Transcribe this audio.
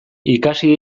ikasi